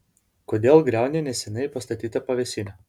kodėl griauni neseniai pastatytą pavėsinę